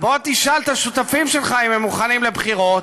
בוא תשאל את השותפים שלך אם הם מוכנים לבחירות,